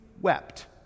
wept